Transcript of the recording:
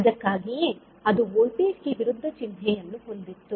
ಅದಕ್ಕಾಗಿಯೇ ಅದು ವೋಲ್ಟೇಜ್ ಗೆ ವಿರುದ್ಧ ಚಿಹ್ನೆಯನ್ನು ಹೊಂದಿತ್ತು